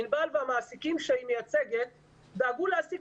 ענבל והמעסיקים שהיא מייצגת דאגו להעסיק